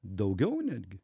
daugiau netgi